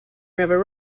river